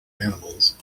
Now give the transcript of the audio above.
animals